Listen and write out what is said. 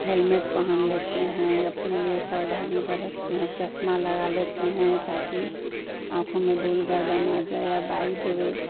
helmet पहन लेते हैं अपने लिए सावधानी बरतते हैं चश्मा लगा लेते हैं ताकि आँखों में धूल गर्दा न जाए बाई द वे